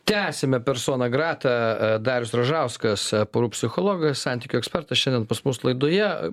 tęsiame personą grata darius ražauskas porų psichologas santykių ekspertas šiandien pas mus laidoje